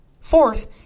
Fourth